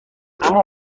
اما